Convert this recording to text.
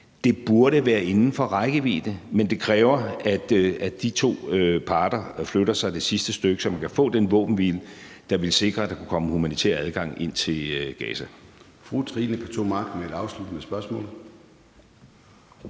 Det burde være inden for rækkevidde, men det kræver, at de to parter flytter sig det sidste stykke, så man kan få den våbenhvile, der vil sikre, at der kan komme humanitær adgang til Gaza.